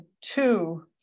two